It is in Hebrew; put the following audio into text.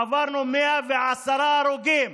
עברנו 110 הרוגים